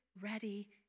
ready